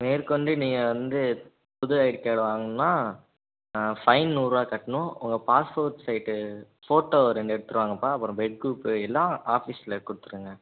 மேற்கொண்டு நீங்கள் வந்து புது ஐடி கார்டை வாங்குனோன்னா ஃபைன் நூறுரூவா கட்டணும் உங்கள் பாஸ்போர்ட் சைட்டு ஃபோட்டோ ரெண்டு எடுத்துகிட்டு வாங்கப்பா அப்புறம் ப்ளட் குரூப்பு எல்லா ஆஃபீஸில் கொடுத்துடுங்க